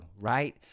right